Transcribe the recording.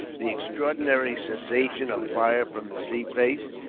the extraordinary cessation of fire from the sea face,